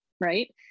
right